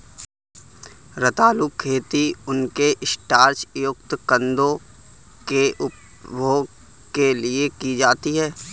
रतालू खेती उनके स्टार्च युक्त कंदों के उपभोग के लिए की जाती है